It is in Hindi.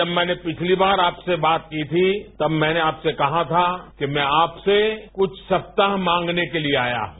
जब मेरी पिछली बार आपसे बात हुई थी तक मैने आपसे कहा था कि मै आपसे कुछ सप्ताह मांगने आया हूं